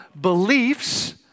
beliefs